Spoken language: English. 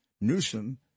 Newsom